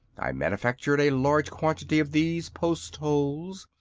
i manufactured a large quantity of these post-holes,